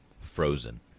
Frozen